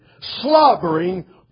slobbering